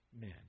men